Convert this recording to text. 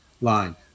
line